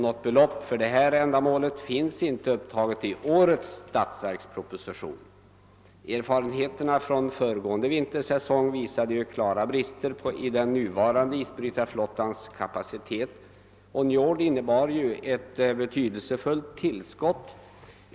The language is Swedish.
Något belopp för detta ändamål finns inte upptaget i årets statsverksproposition. irfarenheterna från föregående vintersäsong har visat klara brister i den nuvarande isbrytarflottans kapacitet. >Njord» innebar naturligtvis ett betydelsefullt tillskott.